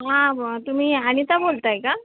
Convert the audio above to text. हां बॉ तुम्ही अनिता बोलत आहे का